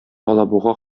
алабуга